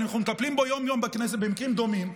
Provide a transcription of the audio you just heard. אנחנו מטפלים פה יום-יום בכנסת במקרים דומים,